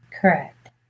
Correct